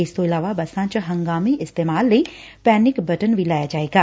ਇਸ ਤੋਂ ਇਲਾਵਾ ਬੱਸਾਂ ਚ ਹੰਗਾਮੀ ਇਸਤੇਮਾਲ ਲਈ ਪੈਨਿਕ ਬਟਨ ਵੀ ਲਾਇਆ ਜਾਵੇਗਾ